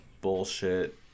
bullshit